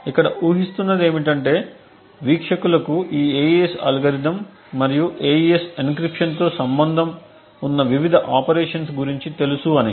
ఇక్కడ ఉహిస్తున్నది ఏమిటంటే వీక్షకులకు ఈ AES అల్గోరిథం మరియు AES ఎన్క్రిప్షన్తో సంబంధం ఉన్న వివిధ ఆపరేషన్స్గురించి తెలుసు అని